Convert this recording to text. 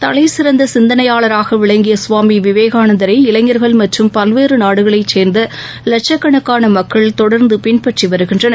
தலைசிறந்த சிந்தனையாளராக விளங்கிய சுவாமி விவேகானந்தரை இளைஞர்கள் மற்றும் பல்வேறு நாடுகளை சேர்ந்த லட்சக்கணக்கான மக்கள் தொடர்ந்து பின்பற்றி வருகின்றனர்